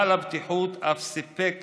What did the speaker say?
מינהל הבטיחות אף סיפק